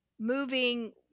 moving